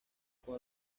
con